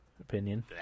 Opinion